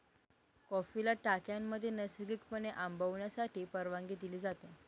कॉफीला टाक्यांमध्ये नैसर्गिकपणे आंबवण्यासाठी परवानगी दिली जाते